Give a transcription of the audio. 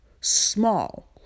small